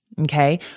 Okay